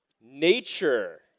Nature